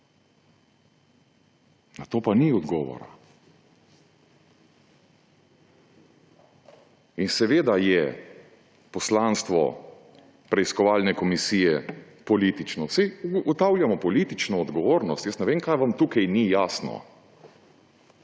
Na to pa ni odgovora. Seveda je poslanstvo preiskovalne komisije politično, saj ugotavljamo politično odgovornost. Jaz ne vem, kaj vam tukaj ni jasno.